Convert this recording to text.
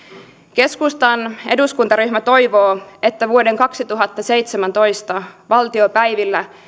keskustan eduskuntaryhmä toivoo että vuoden kaksituhattaseitsemäntoista valtiopäivillä